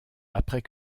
après